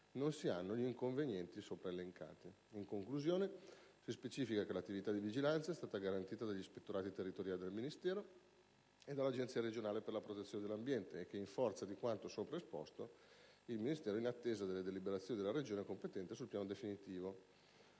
non si hanno gli inconvenienti sopra elencati. In conclusione, si specifica che l'attività di vigilanza è stata garantita dagli ispettorati territoriali del Ministero e dall'Agenzia regionale per la protezione dell'ambiente e che, in forza di quanto sopra esposto, il Ministero dello sviluppo economico è in attesa delle deliberazioni della Regione competente sul piano definitivo